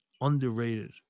Underrated